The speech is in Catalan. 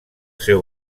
seu